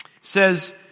says